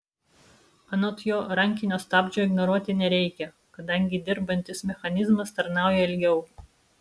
anot jo rankinio stabdžio ignoruoti nereikia kadangi dirbantis mechanizmas tarnauja ilgiau